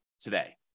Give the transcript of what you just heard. today